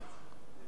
קודם כול,